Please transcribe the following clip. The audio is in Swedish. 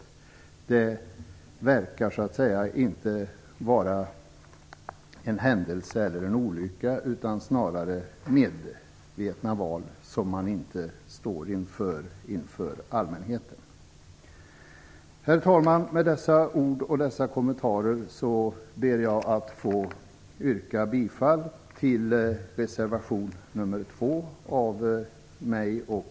Det verkar så att säga inte vara en händelse eller en olycka utan snarare medvetna val som man inte står för inför allmänheten. Herr talman! Med dessa ord och kommentarer ber jag att få yrka bifall till reservation nr 2 av mig och